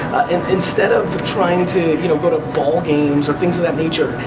instead of trying to you know go to ball games or things of that nature,